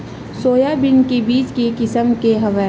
Soybean के बीज के किसम के हवय?